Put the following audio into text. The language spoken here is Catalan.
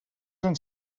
ens